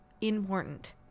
important